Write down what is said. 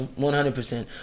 100%